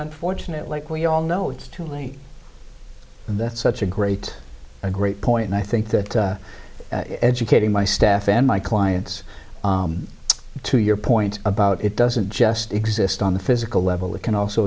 unfortunate like we all know it's too late that's such a great a great point and i think that educating my staff and my clients to your point about it doesn't just exist on the physical level it can also